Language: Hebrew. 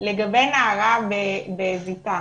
לגבי נערה בזיתן,